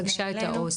פגשה את העו"ס,